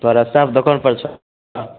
तोहर रस्ताके दोकानपर छऽ